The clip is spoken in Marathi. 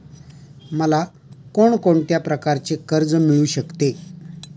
मला कोण कोणत्या प्रकारचे कर्ज मिळू शकते?